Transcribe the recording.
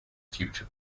future